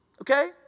okay